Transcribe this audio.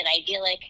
idyllic